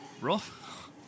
rough